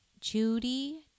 Judy